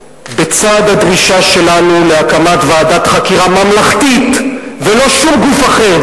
בצד הדרישה שלנו להקמת ועדת חקירה ממלכתית ולא שום גוף אחר,